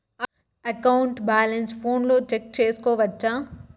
account balance ఫోనులో check సేసుకోవచ్చా